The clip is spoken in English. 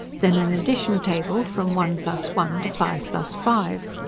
then an addition table, from one plus one to five plus five.